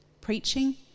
preaching